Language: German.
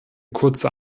kurze